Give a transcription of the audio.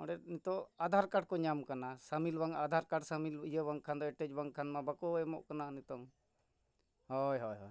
ᱚᱸᱰᱮ ᱱᱤᱛᱳᱜ ᱟᱫᱷᱟᱨ ᱠᱟᱨᱰ ᱠᱚ ᱧᱟᱢ ᱠᱟᱱᱟ ᱥᱟᱢᱤᱞ ᱵᱟᱝ ᱟᱫᱷᱟᱨ ᱠᱟᱨᱰ ᱥᱟᱢᱤᱞ ᱤᱭᱟᱹ ᱵᱟᱝᱠᱷᱟᱱ ᱫᱚ ᱮᱴᱟᱪ ᱵᱟᱝᱠᱷᱟᱱ ᱢᱟ ᱵᱟᱠᱚ ᱮᱢᱚᱜ ᱠᱟᱱᱟ ᱱᱤᱛᱳᱜ ᱦᱳᱭ ᱦᱳᱭ ᱦᱳᱭ